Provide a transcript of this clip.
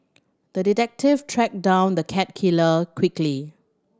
the detective tracked down the cat killer quickly